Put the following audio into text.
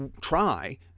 try